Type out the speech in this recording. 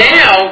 now